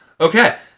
Okay